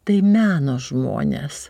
tai meno žmonės